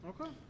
Okay